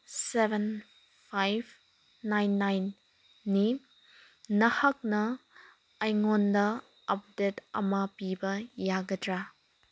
seven five nine ꯅꯥꯏꯟꯅꯤ ꯅꯍꯥꯛꯅ ꯑꯩꯉꯣꯟꯗ ꯑꯞꯗꯦꯠ ꯑꯃ ꯄꯤꯕ ꯌꯥꯒꯗ꯭ꯔꯥ